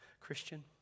Christian